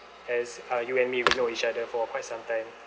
as uh you and me we know each other for quite some time